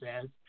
says